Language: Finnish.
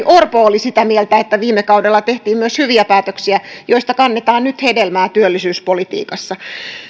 orpo oli sitä mieltä että viime kaudella tehtiin myös hyviä päätöksiä joista kannetaan nyt hedelmää työllisyyspolitiikassa